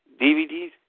DVDs